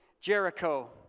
Jericho